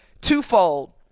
twofold